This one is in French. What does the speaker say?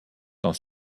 quand